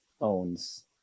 owns